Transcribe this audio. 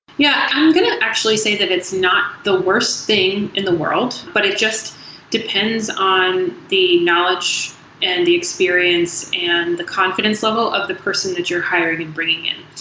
yeah. i'm going to actually say that it's not the worst thing in the world, but it just depends on the knowledge and the experience and the confidence level of the person that you're hiring and bringing in.